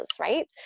Right